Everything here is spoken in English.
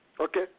Okay